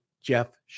Jeff